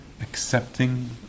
accepting